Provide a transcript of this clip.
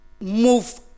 move